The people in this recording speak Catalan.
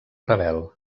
rebel